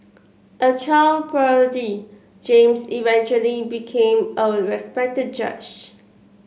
a child prodigy James eventually became a respected judge